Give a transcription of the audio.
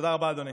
תודה רבה, אדוני.